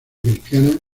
cristiana